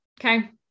Okay